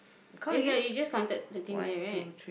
that's right you just counted thirteen there right